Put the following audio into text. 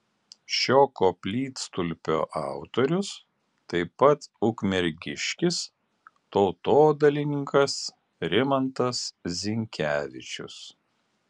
šio koplytstulpio autorius taip pat ukmergiškis tautodailininkas rimantas zinkevičius